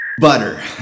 Butter